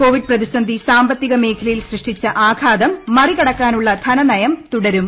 Covid പ്രതിസന്ധി സാമ്പത്തിക മേഖലയിൽ സൃഷ്ടിച്ച ആഘാതം മറികടക്കാനുള്ള ധനനയം തുടരും